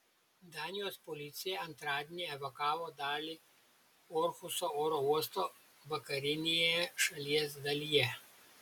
danijos policija antradienį evakavo dalį orhuso oro uosto vakarinėje šalies dalyje